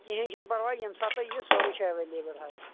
کہیٖنۍ چھُنہِ پرواے ییٚمہِ ساتہٕ تُہۍ یِیو سورُے چھُ ایویلیبل حظ